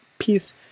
Peace